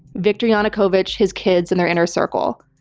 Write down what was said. viktor yanukovych, his kids and their inner circle.